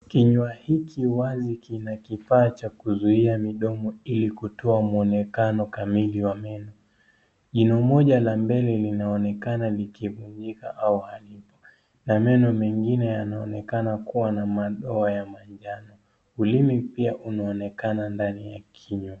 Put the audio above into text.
Kinywa hiki wazi kina kifaa cha kuzuia midomo ili kutoa muonekano kamili wa meno. Jino moja la mbele linaonekana likimunyika au halipo na meno mengine yanaonekana kuwa na madoa ya manjano. Ulimi pia unaonekana ndani ya kinywa.